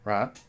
Right